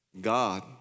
God